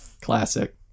Classic